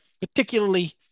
particularly